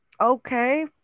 okay